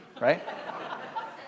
right